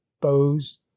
bows